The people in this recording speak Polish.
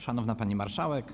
Szanowna Pani Marszałek!